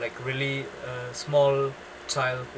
like really a small child